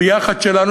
הביחד שלנו,